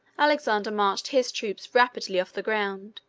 alexander marched his troops rapidly off the ground,